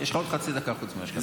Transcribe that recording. יש לך עוד חצי חוץ ממה שכתוב.